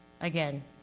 Again